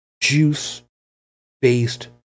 juice-based